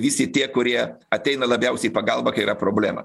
visi tie kurie ateina labiausiai į pagalbą kai yra problema